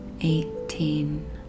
Eighteen